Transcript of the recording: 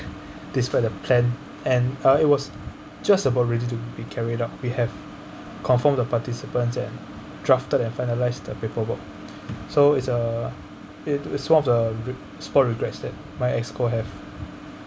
despite the plan and uh it was just about ready to be carried out we have confirmed the participants and drafted and finalize the paperwork so it's a it forms a my exco have